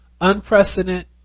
Unprecedented